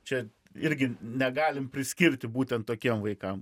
čia irgi negalim priskirti būtent tokiem vaikam